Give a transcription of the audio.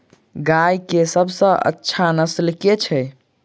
गाय केँ सबसँ अच्छा नस्ल केँ छैय?